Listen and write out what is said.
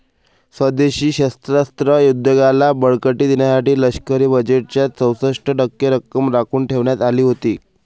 स्वदेशी शस्त्रास्त्र उद्योगाला बळकटी देण्यासाठी लष्करी बजेटच्या चौसष्ट टक्के रक्कम राखून ठेवण्यात आली होती